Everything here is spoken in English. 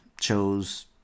chose